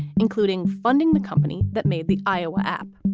including funding the company that made the iowa app,